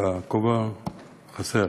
דווקא הכובע חסר,